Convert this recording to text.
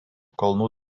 kalnų